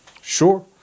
Sure